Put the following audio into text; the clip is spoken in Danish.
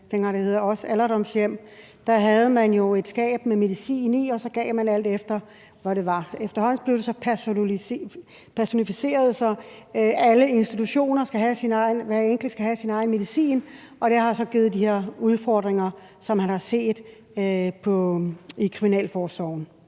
dengang det hed alderdomshjem. Der havde man jo et skab med medicin i, og så gav man, alt efter hvad det var. Efterhånden blev det så personificeret, så hver enkelt skulle have sin egen medicin, og det har så givet de her udfordringer, som man har set i kriminalforsorgen.